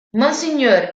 monsignor